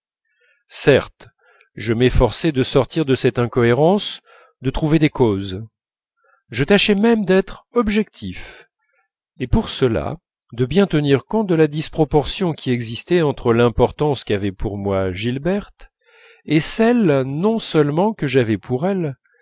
certes je m'efforçais de sortir de cette incohérence de trouver des causes je tâchais même d'être objectif et pour cela de bien tenir compte de la disproportion qui existait entre l'importance qu'avait pour moi gilberte et celle non seulement que j'avais pour elle